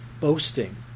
boasting